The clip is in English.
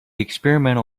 experimental